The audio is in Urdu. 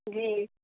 جی